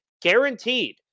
guaranteed